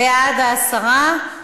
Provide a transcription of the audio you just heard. בעד זה הסרה,